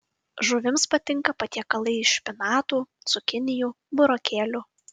žuvims patinka patiekalai iš špinatų cukinijų burokėlių